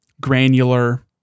granular